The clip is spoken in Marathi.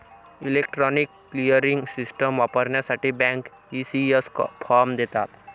इलेक्ट्रॉनिक क्लिअरिंग सिस्टम वापरण्यासाठी बँक, ई.सी.एस फॉर्म देतात